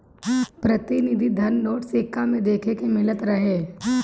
प्रतिनिधि धन नोट, सिक्का में देखे के मिलत रहे